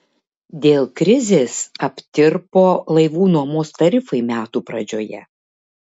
dėl krizės aptirpo laivų nuomos tarifai metų pradžioje